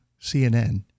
CNN